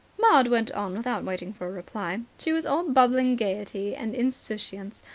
maud went on without waiting for a reply. she was all bubbling gaiety and insouciance,